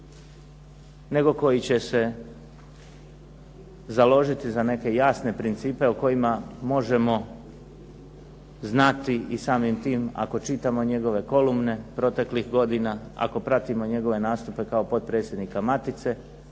nego koji će se založiti za neke jasne principe o kojima možemo znati i samim tim ako čitamo njegove kolumne proteklih godina, ako pratimo njegove nastupe kao potpredsjednika Matice